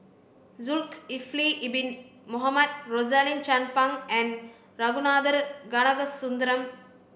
Zulkifli Bin Mohamed Rosaline Chan Pang and Ragunathar Kanagasuntheram